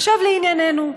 עכשיו לענייננו.